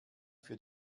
für